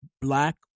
black